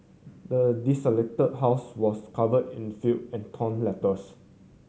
the desolated house was covered in filth and torn letters